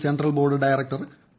central board director P